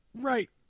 right